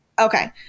Okay